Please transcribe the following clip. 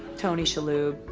tony shalhoub.